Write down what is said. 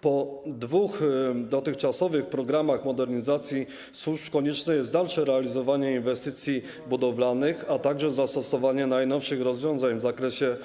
Po dwóch dotychczasowych programach modernizacji służb konieczne jest dalsze realizowanie inwestycji budowlanych, a także zastosowanie najnowszych rozwiązań w zakresie